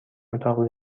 اتاق